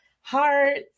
hearts